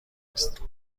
نیست